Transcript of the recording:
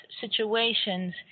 situations